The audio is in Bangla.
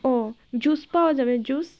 ও জুস পাওয়া যাবে জুস